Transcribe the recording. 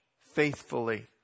faithfully